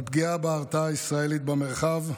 על פגיעה בהרתעה הישראלית במרחב.